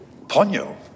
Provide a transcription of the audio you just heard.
Ponyo